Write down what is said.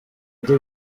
the